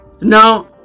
Now